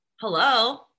Hello